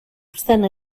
obstant